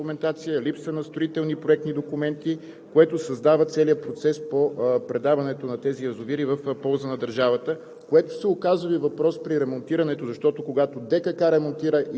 И оттук нататък се оказва, че тези язовири нямат никаква проектна документация, липса на строителни проекти и документи, което създава целия процес по предаването на тези язовири в полза на държавата,